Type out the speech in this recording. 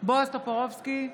בועז טופורובסקי,